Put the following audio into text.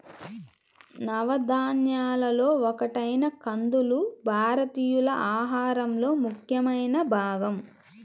నవధాన్యాలలో ఒకటైన కందులు భారతీయుల ఆహారంలో ముఖ్యమైన భాగం